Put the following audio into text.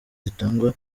zitangwa